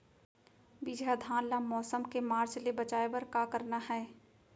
बिजहा धान ला मौसम के मार्च ले बचाए बर का करना है?